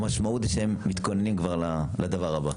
המשמעות היא שהם מתכוננים כבר לדבר הבא.